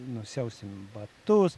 nusiausime batus